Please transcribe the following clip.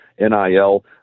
NIL